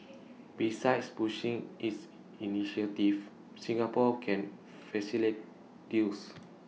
besides pushing its initiatives Singapore can facilitate deals